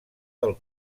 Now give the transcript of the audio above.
del